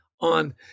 on